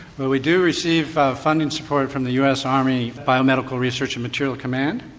well, we do receive ah funding support from the us army biomedical research and materiel command,